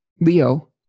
leo